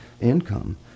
income